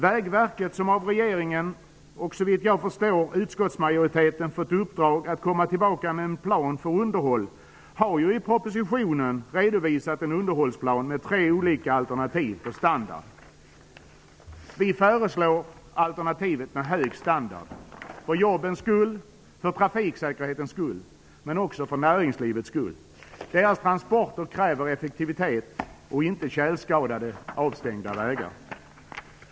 Vägverket, som av regeringen och såvitt jag förstår utskottsmajoriteten fått i uppdrag att komma tillbaka med en plan för underhåll, har i propositionen redovisat en underhållsplan med tre olika alternativ på standard. Vi föreslår alternativet med hög standard, för jobbens och trafiksäkerhetens skull, men också för näringslivets skull. Dess transporter kräver effektivitet och inte tjälskadade, avstängda vägar.